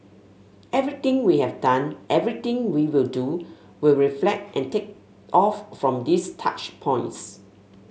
everything we have done everything we will do will reflect and take off from these touch points